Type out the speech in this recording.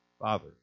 Father